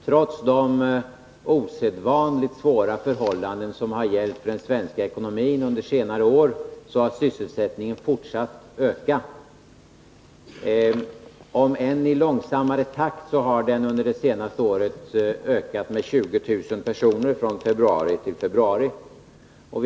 Trots de osedvanligt svåra förhållanden som har gällt för den svenska ekonomin under senare år har sysselsättningen fortsatt att öka, om än i långsammare takt. Den har ökat med 20 000 personer från februari i fjol till februari i år.